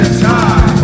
time